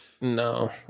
No